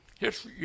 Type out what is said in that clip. Yes